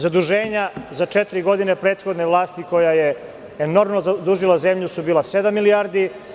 Zaduženja za četiri godine prethodne vlasti koja je enormno zadužila zemlju su bila sedam milijardi.